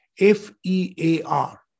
F-E-A-R